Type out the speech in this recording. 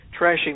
trashing